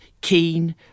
Keen